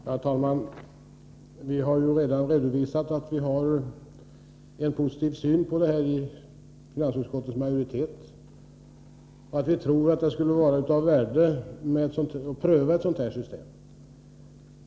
Herr talman! Vi har redan redovisat att finansutskottets majoritet har en positiv syn på den här frågan och att vi tror att det skulle vara av värde att pröva ett sådant system.